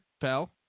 pal